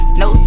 no